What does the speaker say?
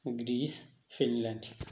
Greece Finland